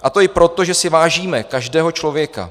A to i proto, že si vážíme každého člověka.